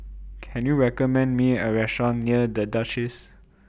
Can YOU recommend Me A Restaurant near The Duchess